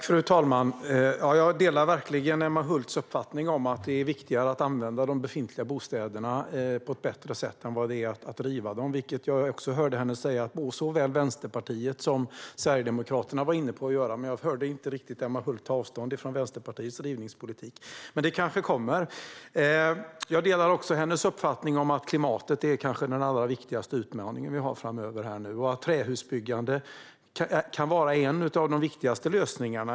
Fru talman! Jag delar verkligen Emma Hults uppfattning om att det är viktigare att använda de befintliga bostäderna på ett bättre sätt än att riva dem, vilket jag också hörde henne säga att såväl Vänsterpartiet som Sverigedemokraterna var inne på att göra. Men jag hörde inte riktigt Emma Hult ta avstånd från Vänsterpartiets rivningspolitik - men det kanske kommer. Jag delar också Emma Hults uppfattning att klimatet kanske är den allra viktigaste utmaningen framöver. Trähusbyggande kan vara en av de viktigaste lösningarna.